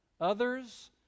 Others